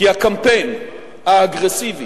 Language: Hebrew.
כי הקמפיין האגרסיבי,